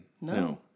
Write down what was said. No